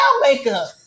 makeup